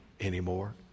anymore